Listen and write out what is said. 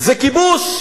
זה כיבוש?